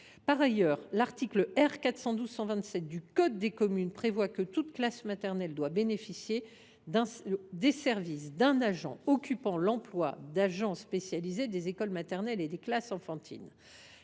Par ailleurs, l’article R. 412 127 du code des communes prévoit que « toute classe maternelle doit bénéficier des services d’une personne occupant l’emploi d’agent spécialisé des écoles maternelles et des classes enfantines